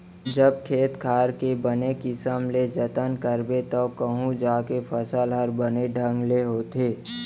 जब खेत खार के बने किसम ले जनत करबे तव कहूं जाके फसल हर बने ढंग ले होथे